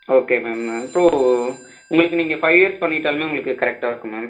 okay ma'am இப்போ உங்களுக்கு நீங்கள் ஃபைவ் இயர்ஸ் பண்ணிட்டாலுமே உங்களுக்கு கரெக்டாக இருக்கும் மேம்